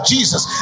Jesus